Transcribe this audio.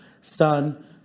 son